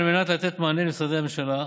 על מנת לתת מענה למשרדי הממשלה,